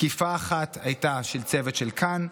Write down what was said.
תקיפה אחת הייתה של צוות "כאן",